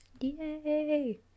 yay